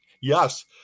Yes